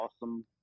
Awesome